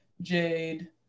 jade